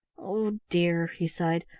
oh dear! he sighed,